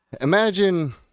Imagine